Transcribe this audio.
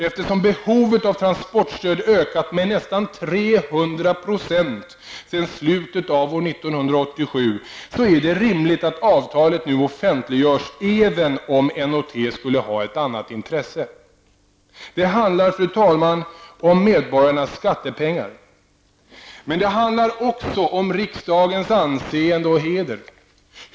Eftersom behovet av transportstöd ökat med nästan 300 % sedan slutet av år 1987 är det rimligt att avtalet nu offentliggörs även om N & T skulle ha ett annat intresse. Det handlar, fru talman, om medborgarnas skattepengar. Men det handlar också om riksdagens anseende och heder.